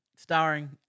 Starring